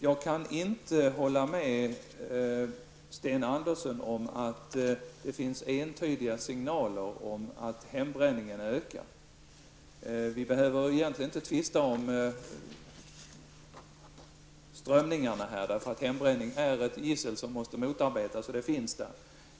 Jag kan inte hålla med Sten Andersson om att det finns entydiga signaler om att hembränningen har ökat. Vi behöver egentligen inte tvista om strömningarna, eftersom hembränningen är ett gissel som måste motarbetas.